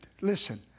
Listen